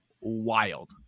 wild